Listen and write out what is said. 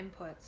inputs